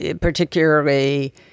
particularly